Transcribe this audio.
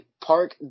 park